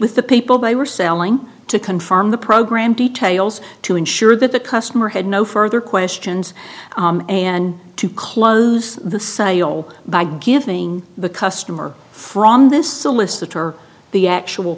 with the people they were selling to confirm the program details to ensure that the customer had no further questions and to close the sale by giving the customer from this solicitor the actual